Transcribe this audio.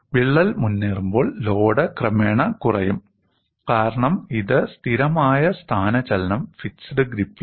വിള്ളൽ മുന്നേറുമ്പോൾ ലോഡ് ക്രമേണ കുറയും കാരണം ഇത് സ്ഥിരമായ സ്ഥാനചലനം ഫിക്സഡ് ഗ്രിപ് ലാണ്